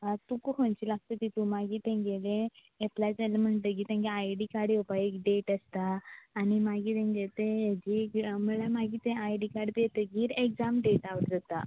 तुका खंयची लागता ती तेंतू मागीर तेंगेलें एपलाय जालें म्हणटकीर आय डी कार्ड येवपा एक डेट आसता आनी मागीर तेंगे तें एक म्हणल्यार मागीर तेंगे तें आय डी कार्ड बीन येतकीर एकजाम डेट आवट जाता